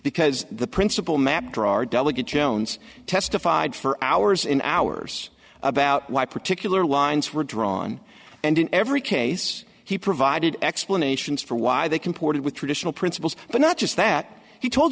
because the principle map drawer delegate jones testified for hours and hours about why particular lines were drawn and in every case he provided explanations for why they comported with traditional principles but not just that he told